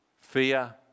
Fear